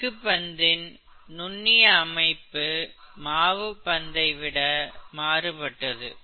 எஃகு பந்தின் நுண்ணிய அமைப்பு மாவு பந்தை விட மாறுபட்டது